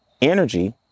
energy